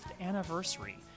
anniversary